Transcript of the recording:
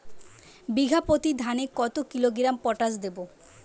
বিঘাপ্রতি ধানে কত কিলোগ্রাম পটাশ দেবো?